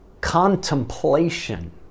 contemplation